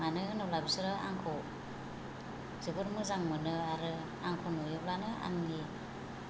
मानो होनोब्ला बिसोरो आंखौ जोबोर मोजां मोनो आरो आंखौ नुयोब्लानो आंनि